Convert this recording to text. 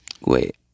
Wait